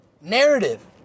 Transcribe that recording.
narrative